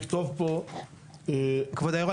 לכתוב פה --- כבוד היו"ר,